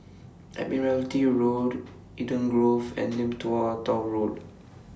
Admiralty Road Eden Grove and Lim Tua Tow Road